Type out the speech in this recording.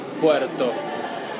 Puerto